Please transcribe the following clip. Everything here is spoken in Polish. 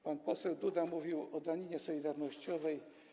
Pan poseł Duda mówił o daninie solidarnościowej.